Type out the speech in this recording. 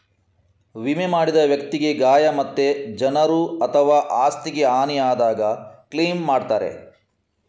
ವಿಮೆ ಮಾಡಿದ ವ್ಯಕ್ತಿಗೆ ಗಾಯ ಮತ್ತೆ ಜನರು ಅಥವಾ ಆಸ್ತಿಗೆ ಹಾನಿ ಆದಾಗ ಕ್ಲೈಮ್ ಮಾಡ್ತಾರೆ